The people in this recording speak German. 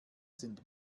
sind